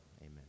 Amen